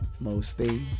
Mostly